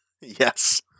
yes